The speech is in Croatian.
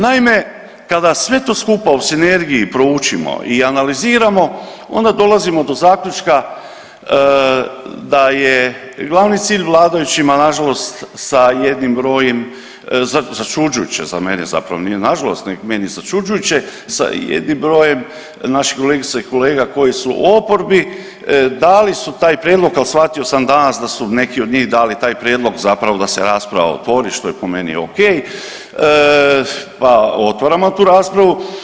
Naime, kada sve to skupa u sinergiji proučimo i analiziramo onda dolazimo do zaključka da je glavni cilj vladajućima nažalost sa jednim brojem, začuđujuće za mene nije nažalost nego meni začuđujuće, sa jednim brojem naših kolegica i kolega koji su u oporbi dali su taj prijedlog kao shvatio sam danas da su neki od njih dali taj prijedlog zapravo da se rasprava otvori, što je po meni ok, pa otvaramo tu raspravu.